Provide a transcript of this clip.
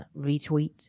retweet